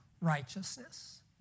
righteousness